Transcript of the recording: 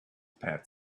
pat